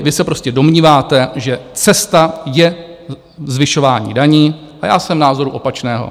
Vy se prostě domníváte, že cesta je zvyšování daní, a já jsem názoru opačného.